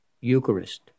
Eucharist